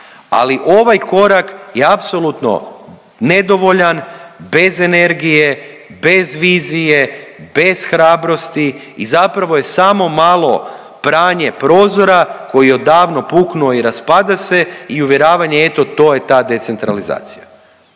ali ovaj korak je apsolutno nedovoljan, bez energije, bez vizije, bez hrabrosti i zapravo je samo malo pranje prozora koji je odavno puknuo i raspada se i uvjeravanje eto to je ta decentralizacija.